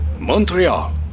Montreal